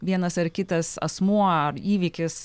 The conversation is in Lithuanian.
vienas ar kitas asmuo ar įvykis